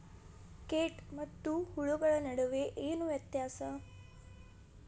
ಕೇಟ ಮತ್ತು ಹುಳುಗಳ ನಡುವೆ ಏನ್ ವ್ಯತ್ಯಾಸ?